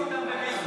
תאשים אותם בבזבוז,